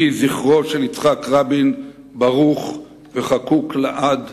יהי זכרו של יצחק רבין ברוך וחקוק לעד